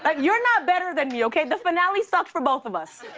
but you're not better than me, okay? the finale sucked for both of us.